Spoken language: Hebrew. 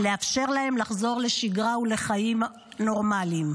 לאפשר להן לחזור לשגרה ולחיים נורמליים.